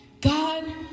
God